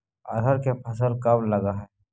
अरहर के फसल कब लग है?